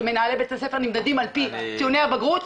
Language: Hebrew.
כשמנהלי בתי הספר נמדדים על פי ציוני הבגרות,